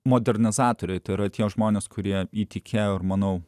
modernizacija yra tie žmonės kurie įtikėjo ir manau